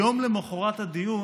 יום למוחרת הדיון,